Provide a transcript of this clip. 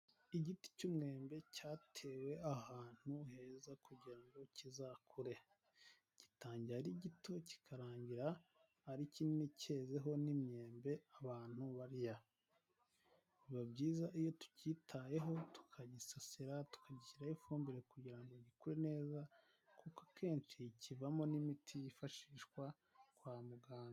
Igiti cy'umwembe cyatewe ahantu heza kugira ngo kizakure, gitangira ari gito kikarangira ari kinini kizeho n' imyembe abantu barya, biba byiza iyo tubyitayeho tukagisasira tugiraho ifumbire kugira ngo biku neza, kuko akenshi kivamo n'imiti yifashishwa kwa muganga.